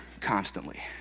constantly